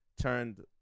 turned